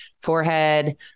Forehead